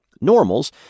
Normals